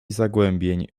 zagłębień